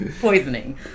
Poisoning